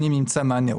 נגד?